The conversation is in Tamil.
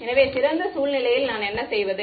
எனவே சிறந்த சூழ்நிலையில் நான் என்ன செய்வது